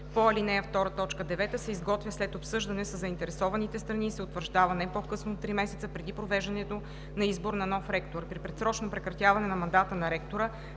по ал. 2, т. 9 се изготвя след обсъждане със заинтересованите страни и се утвърждава не по-късно от три месеца преди провеждането на избор на нов ректор. При предсрочно прекратяване на мандата на ректора